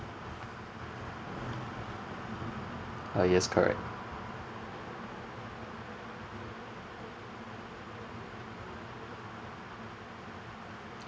uh yes correct